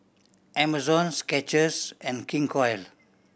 Amazon Skechers and King Koil